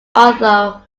although